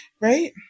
right